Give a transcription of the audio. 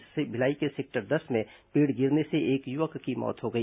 इससे भिलाई के सेक्टर दस में पेड़ गिरने से एक युवक की मौत हो गई